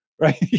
right